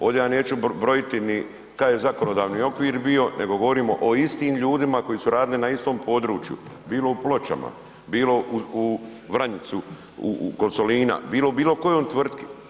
Ovde vam neću brojiti ni kad je zakonodavni okvir bio, nego govorimo o istim ljudima koji su radili na istom području bilo u Pločama, bilo u Vranjicu kod Solina, bilo u bilo kojoj tvrtki.